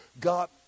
god